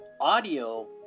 audio